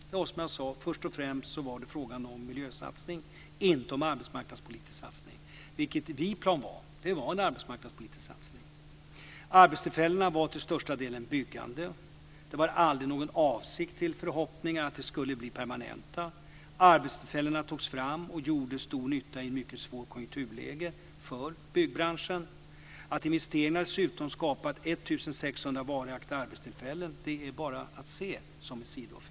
Det var, som jag sade, först och främst en miljösatsning, inte en arbetsmarknadspolitisk satsning, vilken Viplan var. Det var en arbetsmarknadspolitisk satsning. Arbetstillfällena var till största delen inom byggande. Det var aldrig någon avsikt eller förhoppning att det skulle bli permanenta jobb. Arbetstillfällena togs fram och gjorde stor nytta i ett mycket svårt konjunkturläge för byggbranschen. Att investeringarna dessutom har skapat 1 600 varaktiga arbetstillfällen är att se som en sidoeffekt.